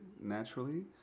naturally